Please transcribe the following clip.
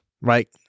Right